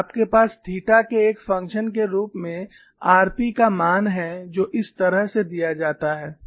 और आपके पास थीटा के एक फंक्शन के रूप में rp का मान है जो इस तरह से दिया जाता है